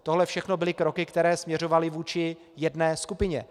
Tohle všechno byly kroky, které směřovaly vůči jedné skupině.